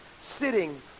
sitting